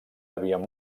havien